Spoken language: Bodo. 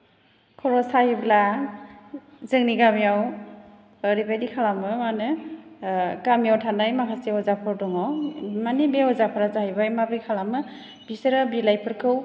खर' सायोब्ला जोंनि गामियाव ओरैबायदि खालामो मा होनो गामियाव थानाय माखासे अजाफोर दङ मानि बे अजाफ्रा जाहैबाय माब्रै खालामो बिसोरो बिलाइफोरखौ